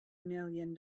million